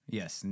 yes